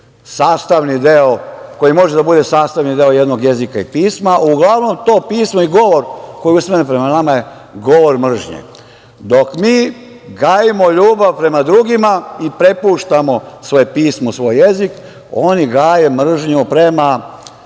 mržnje koji može da bude sastavni deo jednog jezika pisma, uglavnom to pismo i govor koji je usmeren prema nama je govor mržnje. Dok mi gajimo ljubav prema drugima i prepuštamo svoje pismo i svoj jezik, oni gaje mržnju prema